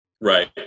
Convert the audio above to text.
Right